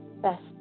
best